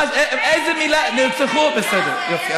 איזו מילה, בסדר, יופי.